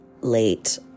late